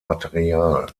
material